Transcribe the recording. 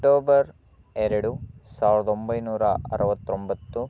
October ಎರಡು ಸಾವಿರದ ಒಂಬೈನೂರ ಅರವತ್ತೊಂಬತ್ತು